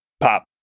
pop